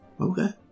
Okay